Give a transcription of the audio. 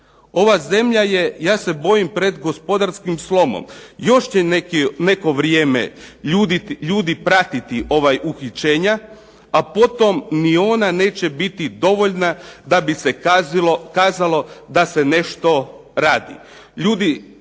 Ova zemlja je, ja se bojim, pred gospodarskim slomom. Još će neko vrijeme ljudi pratiti ovaj uhićenja, a potom ni ona neće biti dovoljna da bi se kazalo da nešto radi.